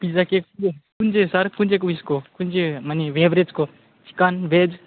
pizza के कु कुन चाहिँ सर कुन चाहिँ उयसको कुन चाहिँ माने बेभ्रेजको चिकन भेज